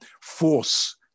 force